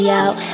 out